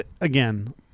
again